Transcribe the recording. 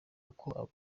uko